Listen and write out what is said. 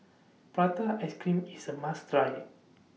Prata Ice Cream IS A must Try